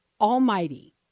Almighty